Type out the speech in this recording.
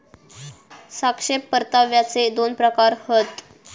सापेक्ष परताव्याचे दोन प्रकार हत